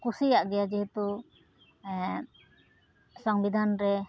ᱠᱩᱥᱤᱭᱟᱜ ᱜᱮᱭᱟ ᱡᱮᱦᱮᱛᱩ ᱥᱚᱝᱵᱤᱫᱷᱟᱱᱨᱮ